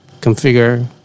configure